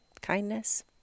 kindness